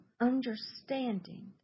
understanding